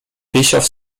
bischof